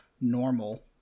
Normal